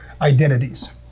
identities